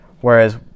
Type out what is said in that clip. Whereas